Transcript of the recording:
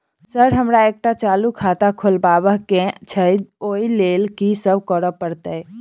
Sir हमरा एकटा चालू खाता खोलबाबह केँ छै ओई लेल की सब करऽ परतै?